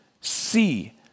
see